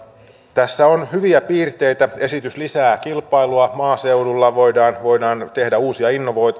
tässä on hyviä piirteitä esitys lisää kilpailua maaseudulla voidaan voidaan tehdä uusia